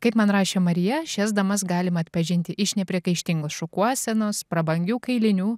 kaip man rašė marija šias damas galima atpažinti iš nepriekaištingos šukuosenos prabangių kailinių